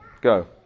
go